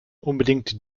unbedingt